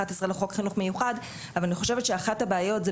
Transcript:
11 לחוק חינוך מיוחד אבל אני חושבת שאחת הבעיות זה